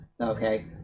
okay